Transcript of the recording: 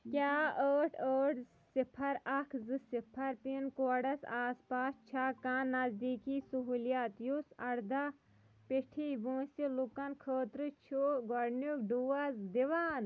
کیٛاہ ٲٹھ ٲٹھ صِفر اکھ زٕ صِفر پِن کوڈس آس پاس چھا کانٛہہ نزدیٖکی سہوٗلیت یُس اَرداہ پیٚٹھی وٲنٛسہِ لُکَن خٲطرٕ چھُ گۄڈنیُک ڈوز دِوان